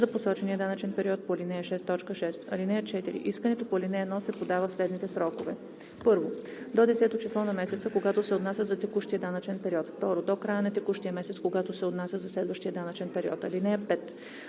за посочения данъчен период по ал. 6, т. 6. (4) Искането по ал. 1 се подава в следните срокове: 1. до 10-о число на месеца, когато се отнася за текущия данъчен период; 2. до края на текущия месец, когато се отнася за следващия данъчен период. (5)